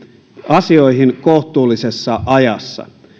asioihin kohtuullisessa ajassa